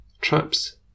traps